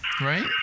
Right